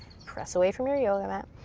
press away from your yoga mat.